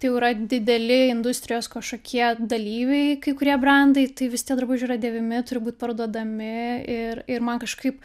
tai jau yra dideli industrijos kažkokie dalyviai kai kurie brendai tai visi tie drabužiai yra dėvimi turi būt parduodami ir ir man kažkaip